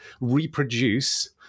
reproduce